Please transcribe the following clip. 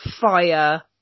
fire